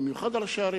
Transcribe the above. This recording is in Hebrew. במיוחד על ראשי ערים,